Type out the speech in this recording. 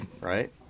right